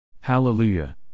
Hallelujah